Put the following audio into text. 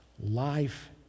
life